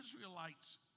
Israelites